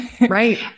right